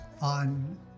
on